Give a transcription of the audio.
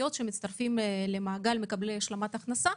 שיצטרפו למעגל מקבלי השלמת הכנסה,